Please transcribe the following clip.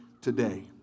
today